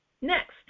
Next